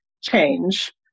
change